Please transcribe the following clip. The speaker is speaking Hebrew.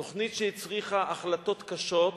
תוכנית שהצריכה החלטות קשות,